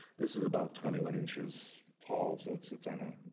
this is about twenty one inches tall, so it sits on,